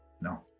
No